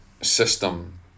system